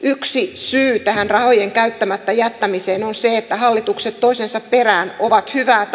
yksi syy tähän rahojen käyttämättä jättämiseen on se että hallitukset toisensa perään ovat hyvät